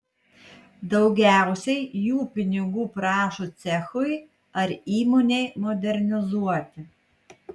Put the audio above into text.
daugiausiai jų pinigų prašo cechui ar įmonei modernizuoti